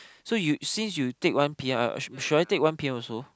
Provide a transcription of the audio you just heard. so you since you take one P_M right I should I take one P_M also